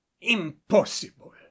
impossible